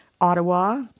ottawa